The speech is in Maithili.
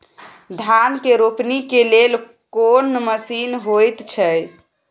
धान के रोपनी के लेल कोन मसीन होयत छै?